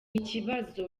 ikibazo